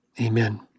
Amen